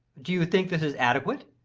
do you think this is adequate?